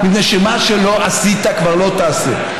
מפני שמה שלא עשית כבר לא תעשה.